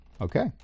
Okay